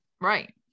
right